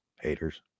haters